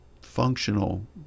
functional